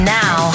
now